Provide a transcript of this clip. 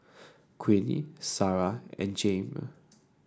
Queenie Sara and Jayme